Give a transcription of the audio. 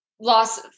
loss